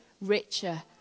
richer